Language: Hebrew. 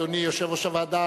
אדוני יושב-ראש הוועדה,